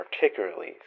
particularly